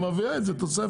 היא מביאה את זה, תוספת.